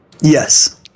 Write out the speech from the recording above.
Yes